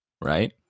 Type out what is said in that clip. Right